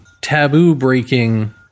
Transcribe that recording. taboo-breaking